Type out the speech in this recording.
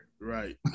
Right